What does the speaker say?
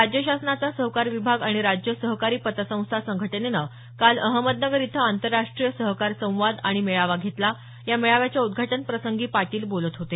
राज्य शासनाचा सहकार विभाग आणि राज्य सहकारी पतसंस्था संघटनेनं काल अहमदनगर इथं आंतरराष्ट्रीय सहकार संवाद आणि मेळावा घेतला या मेळाव्याच्या उद्घाटन प्रसंगी पाटील बोलत होते